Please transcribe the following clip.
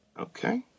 okay